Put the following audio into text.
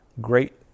great